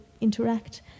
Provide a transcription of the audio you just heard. interact